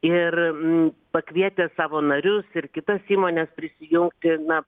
ir pakvietę savo narius ir kitas įmones prisijungti na